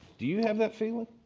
do you have that feel